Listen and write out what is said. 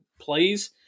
plays